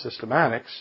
systematics